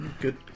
Good